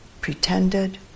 pretended